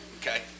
Okay